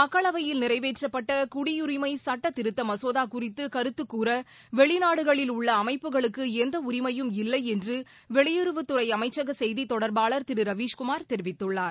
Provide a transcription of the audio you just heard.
மக்களவையில் நிறைவேற்றப்பட்ட குடியுரிமை சட்ட திருத்த மசோதா குறித்து குரத்துக்கூற வெளிநாடுகளில் உள்ள அமைப்புகளுக்கு எந்த உரிமையும் இல்லை என்று வெளியுறவுத்துறை அமைச்சக செய்தித் தொடர்பாளர் திரு ரவீஷ்குமார் தெரிவித்துள்ளார்